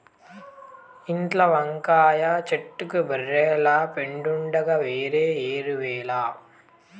ఇంట్ల వంకాయ చెట్లకు బర్రెల పెండుండగా వేరే ఎరువేల